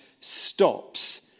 stops